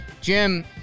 Jim